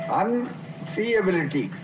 unseeability